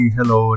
Hello